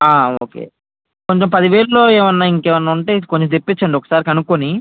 okay కొంచెం పదివేల్లో ఏమైనా ఇంకేమైనా ఉంటే కొంచెం తెప్పించండి ఒకసారి కనుక్కుని